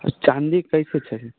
चाँदी कइसे छै